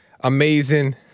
Amazing